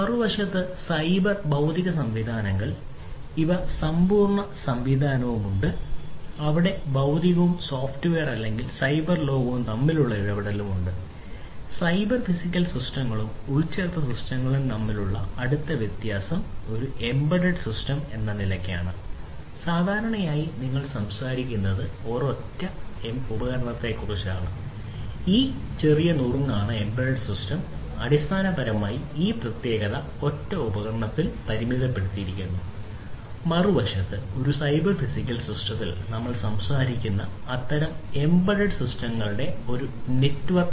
മറുവശത്ത് സൈബർ ഭൌതിക സംവിധാനങ്ങൾ ഇവ സമ്പൂർണ്ണ സംവിധാനങ്ങളാണ് അവിടെ ഭൌതിക ഘടകങ്ങളും സോഫ്റ്റ്വെയറും